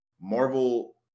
Marvel